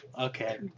okay